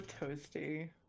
toasty